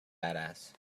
badass